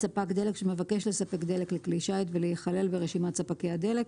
ספק דלק שמבקש לספק דלק לכלי שיט ולהיכלל ברשימת ספקי הדלק,